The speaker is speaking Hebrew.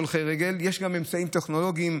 הולכי רגל יש גם אמצעים טכנולוגיים: